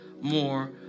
more